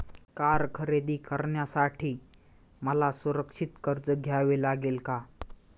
Car खरेदी करण्यासाठी मला सुरक्षित कर्ज घ्यावे लागेल का?